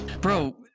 Bro